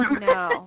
no